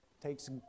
takes